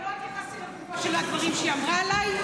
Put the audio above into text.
לא התייחסתי לגופם של הדברים שהיא אמרה עליי,